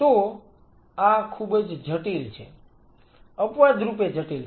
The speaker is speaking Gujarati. તો આ ખૂબ જ જટિલ છે અપવાદરૂપે જટિલ છે